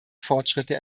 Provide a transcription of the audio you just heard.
fortschritte